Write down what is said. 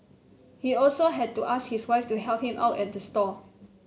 he also had to ask his wife to help him out at the stall